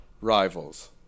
rivals